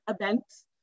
events